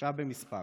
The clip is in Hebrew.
שלושה במספר,